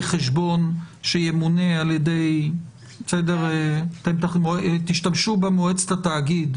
חשבון שימונה על ידי - אתם תשתמשו במועצת התאגיד,